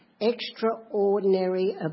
extraordinary